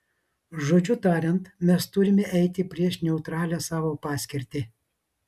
žodžiu tariant mes turime eiti prieš neutralią savo paskirtį